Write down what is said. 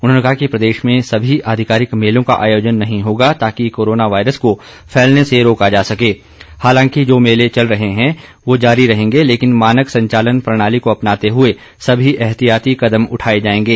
उन्होंने कहा कि प्रदेश में सभी आधिकारिक मेलों का आयोजन नहीं होगा ताकि कोरोना वायरस को फैलने से रोका जा सके हालांकि जो मेले चल रहे हैं वो जारी रहेंगे लेकिन मानक संचालन प्रणाली को अपनाते हुए सभी एहतियाती कदम उठाए जाएंगे